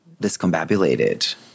discombobulated